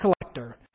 collector